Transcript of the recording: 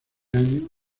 año